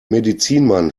medizinmann